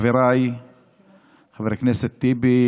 חבריי חברי הכנסת טיבי,